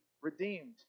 redeemed